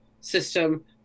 system